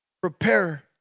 Prepare